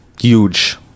Huge